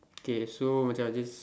K so Macha this